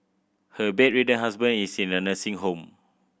her bedridden husband is in a nursing home